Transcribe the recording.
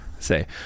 say